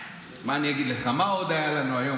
מה אני אגיד לך, מה עוד היה לנו היום?